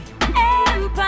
empire